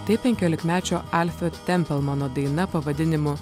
tai penkiolikmečio alfio tempelmano daina pavadinimu